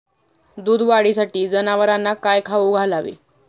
दूध वाढीसाठी जनावरांना काय खाऊ घालावे?